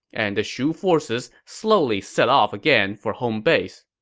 and the shu forces slowly set off again for home base.